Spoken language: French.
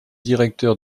directeur